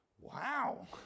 Wow